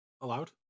allowed